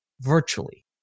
virtually